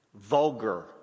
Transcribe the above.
vulgar